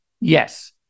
yes